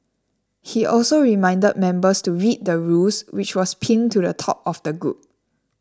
he also reminded members to read the rules which was pinned to the top of the group